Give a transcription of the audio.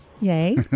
Yay